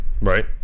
right